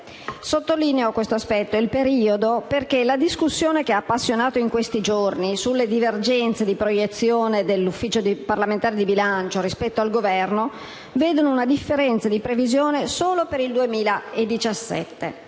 Sottolineo questo aspetto, cioè il periodo di riferimento, a proposito della discussione che ha appassionato in questi giorni, perché le divergenze di proiezione dell'Ufficio parlamentare di bilancio rispetto al Governo vedono una differenza di previsione solo per il 2017